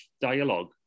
dialogue